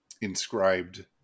inscribed